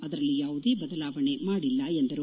ಅದರಲ್ಲಿ ಯಾವುದೇ ಬದಲಾವಣೆ ಮಾಡಿಲ್ಲ ಎಂದರು